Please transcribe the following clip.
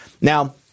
Now